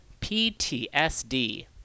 PTSD